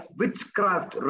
witchcraft